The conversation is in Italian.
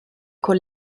con